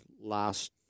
last